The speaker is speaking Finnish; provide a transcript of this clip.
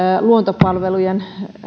luontopalvelujen